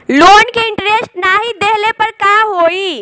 Loan के interest नाही देहले पर का होई?